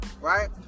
Right